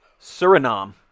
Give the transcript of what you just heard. Suriname